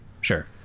sure